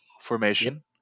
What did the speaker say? formation